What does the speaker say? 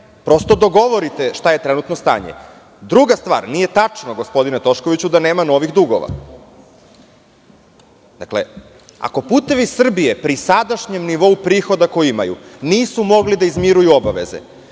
dogovorite šta je trenutno stanje. Druga stvar, nije tačno, gospodine Toškoviću, da nema novih dugova. Ako "Putevi Srbije" pri sadašnjem nivou prihoda koje imaju nisu mogli da izmiruju obaveze,